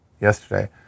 yesterday